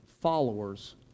followers